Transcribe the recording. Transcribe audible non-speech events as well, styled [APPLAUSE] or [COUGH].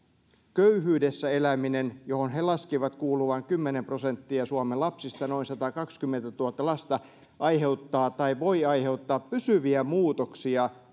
köyhyydessä eläminen mihin he laskivat kuuluvat kymmenen prosenttia suomen lapsista noin satakaksikymmentätuhatta lasta aiheuttaa tai voi aiheuttaa pysyviä muutoksia [UNINTELLIGIBLE]